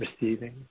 receiving